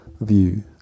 view